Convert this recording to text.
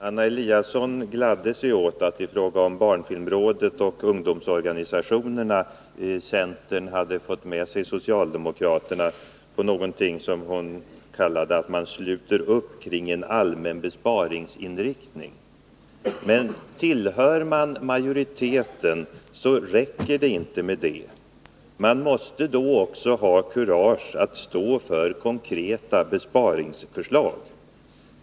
Herr talman! Anna Eliasson gladde sig åt att centern när det gällde barnfilmrådet och ungdomsorganisationerna hade fått med sig socialdemokraterna på någonting som hon kallade att sluta upp kring en allmän besparingsinriktning. Men tillhör man majoriteten, räcker det inte med det. Man måste då också ha kurage att stå för konkreta besparingsförslag.